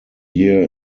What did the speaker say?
year